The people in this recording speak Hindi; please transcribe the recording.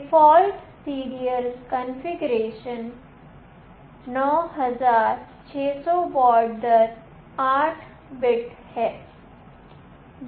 डिफ़ॉल्ट सीरियल कॉन्फ़िगरेशन 9600 baud दर 8 bits है